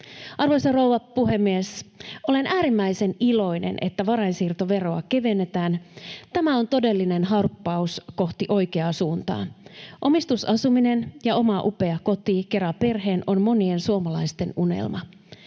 Arvoisa rouva puhemies! Olen äärimmäisen iloinen, että varainsiirtoveroa kevennetään. Tämä on todellinen harppaus kohti oikeaa suuntaa. Omistusasuminen ja oma upea koti kera perheen on monien suomalaisten unelma.